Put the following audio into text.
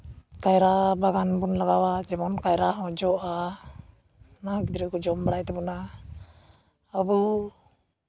ᱠᱟᱭᱨᱟ ᱵᱟᱜᱟᱱ ᱵᱚᱱ ᱞᱟᱜᱟᱣᱟ ᱡᱮᱢᱚᱱ ᱠᱟᱭᱨᱟ ᱦᱚᱸ ᱡᱚᱜᱼᱟ ᱚᱱᱟᱦᱚᱸ ᱜᱤᱫᱽᱨᱟᱹ ᱠᱚ ᱡᱚᱢ ᱵᱟᱲᱟᱭ ᱛᱟᱵᱚᱱᱟ ᱟᱹᱵᱩ